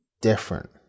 different